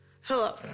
Hello